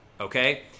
Okay